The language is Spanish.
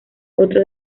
otro